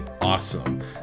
awesome